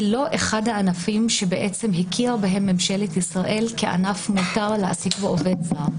זה לא אחד הענפים שהכירה בהם ממשלת ישראל כענף שמותר להעסיק בו עובד זר.